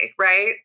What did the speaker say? Right